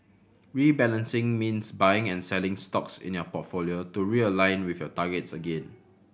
rebalancing means buying and selling stocks in your portfolio to realign with your targets again